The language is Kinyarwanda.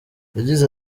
yagize